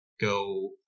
go